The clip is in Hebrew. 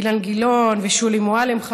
אילן גילאון ושולי מועלם-רפאלי,